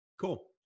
Cool